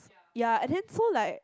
ya and then so like